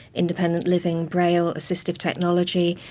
independent living braille, assistive technology,